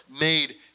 made